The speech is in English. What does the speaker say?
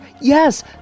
Yes